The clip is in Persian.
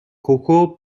کوکو